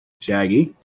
Shaggy